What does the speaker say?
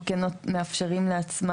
אנחנו כן מאפשרים לה,